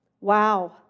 Wow